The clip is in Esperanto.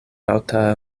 alta